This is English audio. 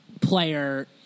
player